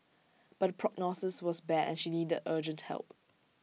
but the prognosis was bad and she needed urgent help